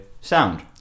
sound